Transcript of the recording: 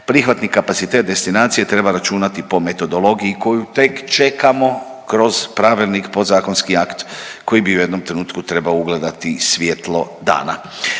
prihvatni kapacitet destinacije treba računati po metodologiji koju tek čekamo kroz pravilnik podzakonski akt koji bi u jednom trenutku trebao ugledati svjetlo dana.